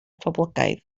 poblogaidd